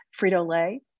Frito-Lay